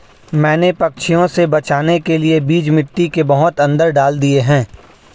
मैंने पंछियों से बचाने के लिए बीज मिट्टी के बहुत अंदर डाल दिए हैं